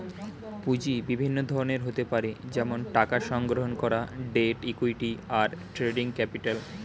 পুঁজি বিভিন্ন ধরনের হতে পারে যেমন টাকা সংগ্রহণ করা, ডেট, ইক্যুইটি, আর ট্রেডিং ক্যাপিটাল